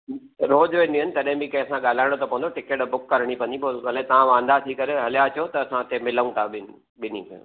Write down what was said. रोज़ वेंदियूं आहिनि तॾहिं बि कंहिं सां ॻाल्हाइणो त पवंदो टिकेट बुक करणी पवंदी भले पोइ तव्हां वांधा थी करे हलिया अचो त असां उते मिलूं था